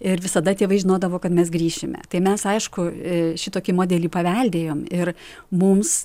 ir visada tėvai žinodavo kad mes grįšime tai mes aišku šitokį modelį paveldėjom ir mums